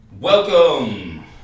Welcome